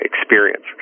experience